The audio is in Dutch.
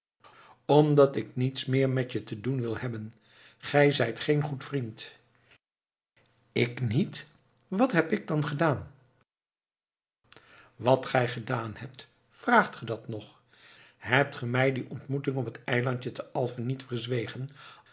omdat ik niets meer met je te doen wil hebben gij zijt geen goed vriend ik niet wat heb ik dan gedaan wat gij gedaan hebt vraagt ge dat nog hebt ge mij die ontmoeting op het eilandje te alfen niet verzwegen